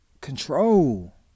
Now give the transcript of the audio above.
control